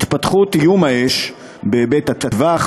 התפתחות איום האש בהיבט הטווח